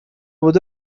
بدو